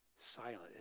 silent